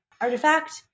artifact